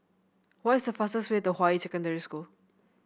what is the fastest way to Hua Yi Secondary School